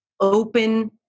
open